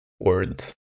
word